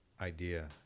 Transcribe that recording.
idea